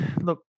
look